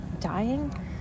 dying